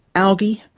algae,